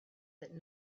that